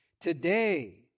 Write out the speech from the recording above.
Today